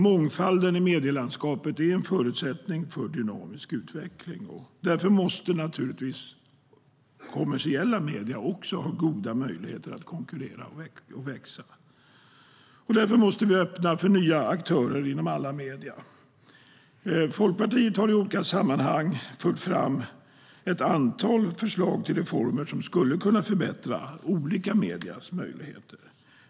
Mångfalden i medielandskapet är en förutsättning för dynamisk utveckling. Därför måste naturligtvis kommersiella medier också ha goda möjligheter att konkurrera och växa. Därför måste vi öppna för nya aktörer inom alla medier. Folkpartiet har i olika sammanhang fört fram ett antal förslag till reformer som skulle kunna förbättra olika mediers möjligheter.